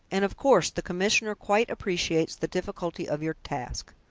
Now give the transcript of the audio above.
and of course, the commissioner quite appreciates the difficulty of your task.